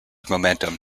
momentum